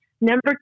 number